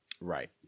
Right